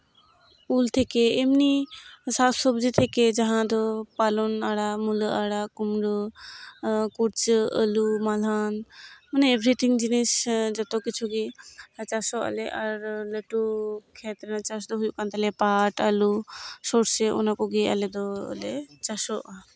ᱩᱞ ᱛᱷᱮᱠᱮ ᱮᱢᱱᱤ ᱥᱟᱠᱼᱥᱚᱵᱽᱡᱤ ᱛᱷᱮᱠᱮ ᱡᱟᱦᱟᱸ ᱫᱚ ᱯᱟᱞᱚᱝ ᱟᱲᱟᱜ ᱢᱩᱞᱟᱹ ᱟᱲᱟᱜ ᱠᱩᱢᱲᱟᱹ ᱠᱩᱲᱪᱟᱹ ᱟ ᱞᱩ ᱢᱟᱞᱦᱟᱱ ᱢᱟᱱᱮ ᱮᱵᱷᱨᱤ ᱛᱷᱤᱝᱠ ᱡᱤᱱᱤᱥ ᱡᱚᱛᱚ ᱠᱤᱪᱷᱩ ᱜᱮ ᱪᱟᱥᱚᱜ ᱟᱞᱮ ᱟᱨ ᱞᱟᱹᱴᱩ ᱠᱷᱮᱛ ᱨᱮᱱᱟᱜ ᱪᱟᱥ ᱫᱚ ᱦᱩᱭᱩᱜ ᱠᱟᱱ ᱛᱟᱞᱮᱭᱟ ᱯᱟᱴ ᱟᱹᱞᱩ ᱥᱚᱨᱥᱮ ᱚᱱᱟ ᱠᱚᱜᱮ ᱟᱞᱮ ᱫᱚᱞᱮ ᱪᱟᱥᱚᱜᱼᱟ